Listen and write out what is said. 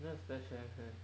don't have spare chair meh